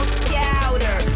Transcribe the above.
scouter